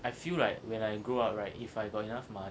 I feel like when I grow up right if I got enough money